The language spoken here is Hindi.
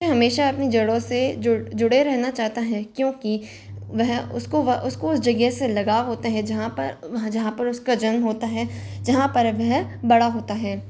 मैं हमेशा अपनी जड़ों से जुड़ जुड़े रहना चाहता है क्योंकि वह उसको वह उसको उस जगह से लगाव होते है जहाँ पर वहाँ वहाँ पर उसका जन्म होता है जहाँ पर अब वह बड़ा होता है